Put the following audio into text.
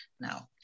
now